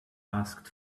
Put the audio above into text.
asked